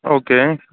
okay